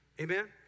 Amen